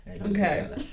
Okay